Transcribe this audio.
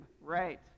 right